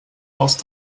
last